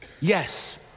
Yes